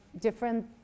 different